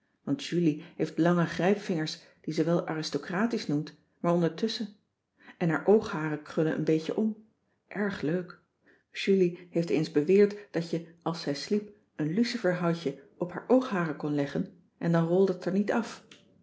want julie heeft lange grijpvingers die ze wel aristocratisch noemt maar ondertusschen en haar oogharen krullen een beetje om erg leuk julie heeft eens beweerd dat je als zij sliep een lucifershoutje op haar oogharen kon leggen en dan rolde t er niet af